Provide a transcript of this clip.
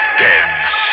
dead